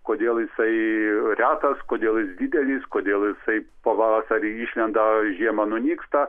kodėl jisai retas kodėl jis didelis kodėl jisai pavasarį išlenda žiemą nunyksta